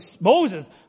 Moses